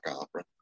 opera